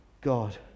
God